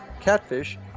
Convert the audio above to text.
catfish